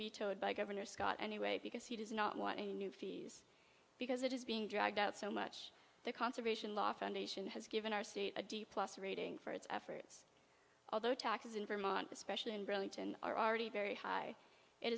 vetoed by governor scott anyway because he does not want any new fees because it is being dragged out so much the conservation law foundation has given our state a d plus rating for its efforts although taxes in vermont especially in burlington are already very high it